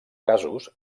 casos